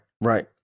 Right